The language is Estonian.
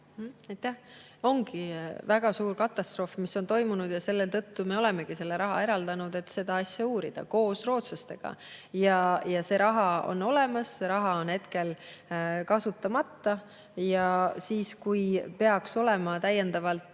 See oligi väga suur katastroof, mis toimus, ja selle tõttu me olemegi selle raha eraldanud, et seda asja koos rootslastega uurida. See raha on olemas, [osa] raha on hetkel kasutamata. Ja kui peaks olema täiendava